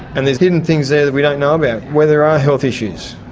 and there's hidden things there we don't know about, where there are health issues,